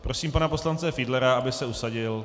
Prosím pana poslance Fiedlera, aby se usadil.